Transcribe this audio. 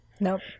Nope